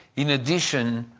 in addition,